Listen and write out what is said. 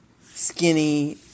skinny